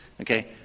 Okay